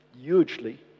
hugely